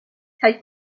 kaj